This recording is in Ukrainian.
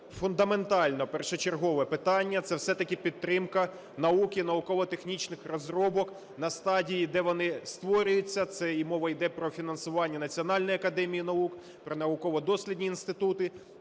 фундаментально першочергове питання – це все-таки підтримка науки, науково-технічних розробок на стадії, де вони створюються, це і мова іде про фінансування Національної академії наук, про науково-дослідні інститути,